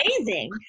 amazing